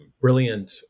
brilliant